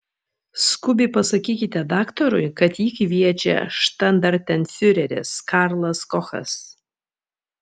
skubiai pasakykite daktarui kad jį kviečia štandartenfiureris karlas kochas